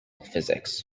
physics